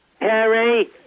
Harry